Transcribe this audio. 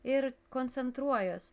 ir koncentruojuos